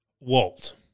Walt